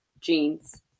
jeans